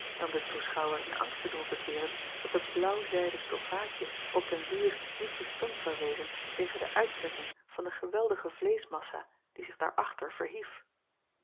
om den toeschouwer in angst te doen verkeeren dat de blaauw zijden stoffaadje op den duur niet bestand zou wezen tegen de uitzetting van de geweldige vleeschmassa die zich daarachter verhief